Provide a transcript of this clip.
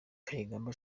kayigamba